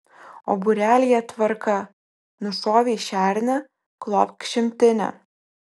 o būrelyje tvarka nušovei šernę klok šimtinę